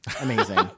Amazing